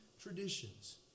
traditions